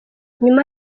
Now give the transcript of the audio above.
nyuma